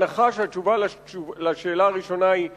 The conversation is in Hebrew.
בהנחה שהתשובה על השאלה הראשונה היא שלילית,